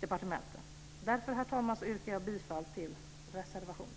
departementen. Jag yrkar bifall till reservationen.